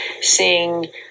seeing